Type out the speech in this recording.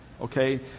okay